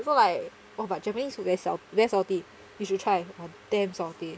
so like oh but japanese food very sal~ salty you should try damn salty